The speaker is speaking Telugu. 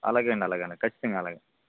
అలాగే అండి అలగే అండి ఖచ్చితంగా అలాగే